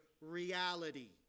reality